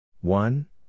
one